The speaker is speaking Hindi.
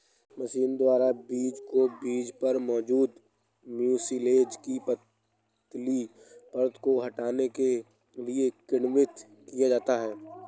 मशीन द्वारा बीज को बीज पर मौजूद म्यूसिलेज की पतली परत को हटाने के लिए किण्वित किया जाता है